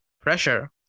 pressure